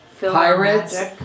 Pirates